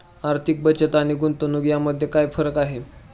आर्थिक बचत आणि गुंतवणूक यामध्ये काय फरक आहे?